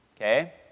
Okay